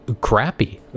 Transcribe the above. crappy